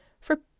For